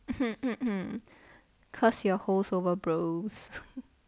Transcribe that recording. cause you're hoes over bros